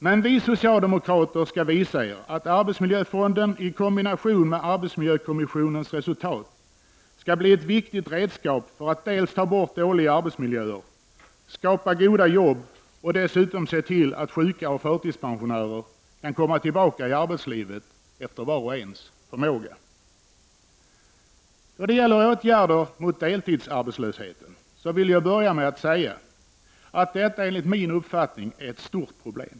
Men vi socialdemokrater skall visa er att arbetsmiljöfonden i kombination med arbetsmiljökommissionens resultat skall bli ett viktigt redskap för att ta bort dåliga arbetsmiljöer, skapa goda jobb och dessutom se till att sjuka och förtidspensionärer kan komma tillbaka i arbetslivet efter vars och ens förmåga. Då det gäller åtgärder mot deltidsarbetslösheten, så vill jag börja med att säga att detta enligt min uppfattning är ett stort problem.